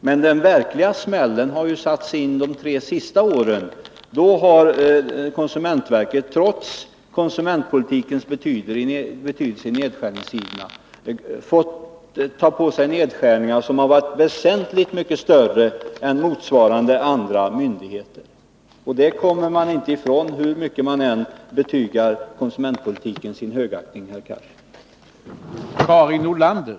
Men den verkliga smällen har satts in de tre sista åren, då konsumentverket — trots vad konsumentpolitiken betyder i nedskärningstider — fått ta på sig nedskärningar som varit väsentligt mycket större än för motsvarande andra myndigheter. Detta kommer man inte ifrån hur mycket man än betygar konsumentpolitiken sin högaktning, herr Cars.